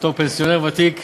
בתור פנסיונר ותיק,